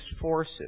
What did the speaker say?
forces